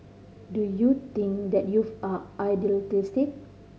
do you think that youth are idealistic